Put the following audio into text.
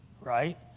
right